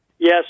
Yes